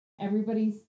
everybody's